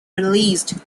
released